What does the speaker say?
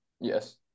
Yes